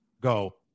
go